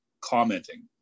commenting